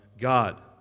God